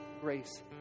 grace